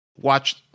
watch